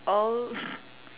all